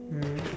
mm